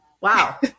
Wow